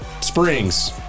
springs